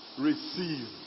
receive